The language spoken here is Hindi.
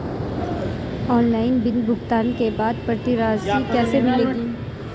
ऑनलाइन बिल भुगतान के बाद प्रति रसीद कैसे मिलेगी?